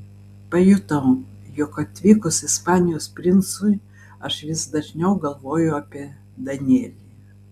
pajutau jog atvykus ispanijos princui aš vis dažniau galvoju apie danielį